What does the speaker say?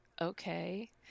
okay